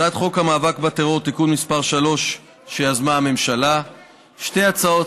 הצעת חוק המאבק בטרור (תיקון מס' 3) שיזמה הממשלה ושתי הצעות